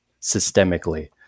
systemically